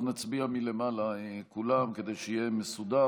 אנחנו נצביע מלמעלה כולם כדי שיהיה מסודר.